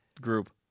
group